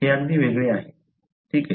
हे अगदी वेगळे आहे ठीक आहे